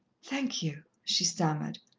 thank you, she stammered.